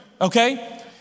okay